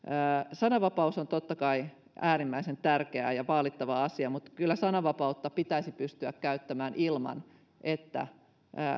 sananvapaus on totta kai äärimmäisen tärkeä ja vaalittava asia mutta kyllä sananvapautta pitäisi pystyä käyttämään ilman että